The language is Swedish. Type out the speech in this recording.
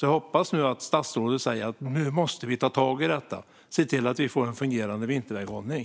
Jag hoppas att statsrådet nu säger att vi måste ta tag i detta och se till att vi får en fungerande vinterväghållning.